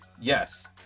Yes